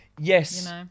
Yes